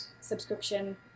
subscription